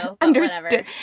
understood